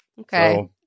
Okay